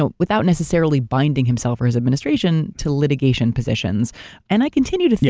ah without necessarily binding himself or his administration to litigation positions and i continue to think